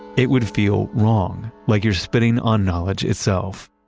it would feel wrong, like you're spitting on knowledge itself.